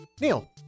Neil